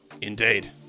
Indeed